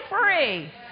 free